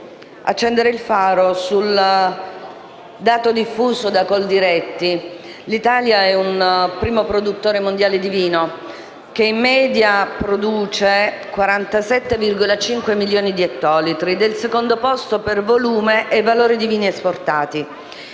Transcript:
accendere un faro sul dato diffuso da Coldiretti: l'Italia è il primo produttore mondiale di vino, con in media 47,5 milioni di ettolitri ed è al secondo posto per volume e valore di vini esportati.